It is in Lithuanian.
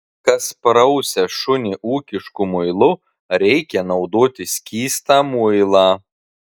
kas prausia šunį ūkišku muilu reikia naudoti skystą muilą